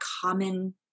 common